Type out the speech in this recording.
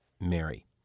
Mary